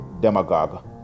demagogue